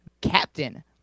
Captain